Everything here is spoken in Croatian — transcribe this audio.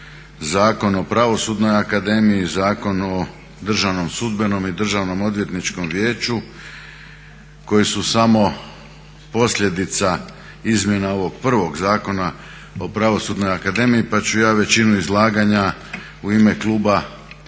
Zakon o Pravosudnoj akademiji, Zakon o Državnom i Državnom odvjetničkom vijeću koji su samo posljedica izmjena ovog prvog Zakona o Pravosudnoj akademiji pa ću ja većinu izlaganja u ime kluba